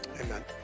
Amen